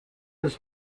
his